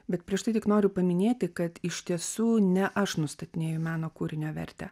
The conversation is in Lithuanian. bet prieš tai tik noriu paminėti kad iš tiesų ne aš nustatinėju meno kūrinio vertę